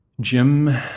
Jim